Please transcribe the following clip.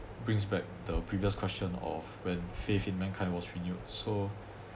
brings back the previous question of when faith in mankind was renewed so